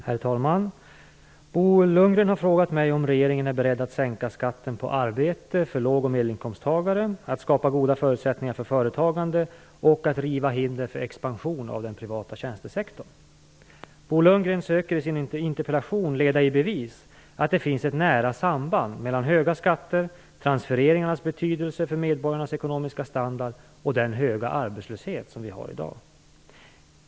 Herr talman! Bo Lundgren har frågat mig om regeringen är beredd att sänka skatten på arbete för lågoch medelinkomsttagare, att skapa goda förutsättningar för företagande och att riva hinder för expansion av den privata tjänstesektorn. Bo Lundgren söker i sin interpellation leda i bevis att det finns ett nära samband mellan höga skatter, transfereringarnas betydelse för medborgarnas ekonomiska standard och den höga arbetslöshet som vi har i dag.